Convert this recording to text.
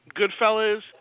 Goodfellas